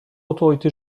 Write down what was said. autorité